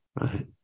right